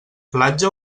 platja